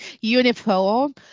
uniform